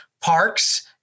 parks